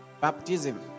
Baptism